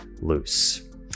loose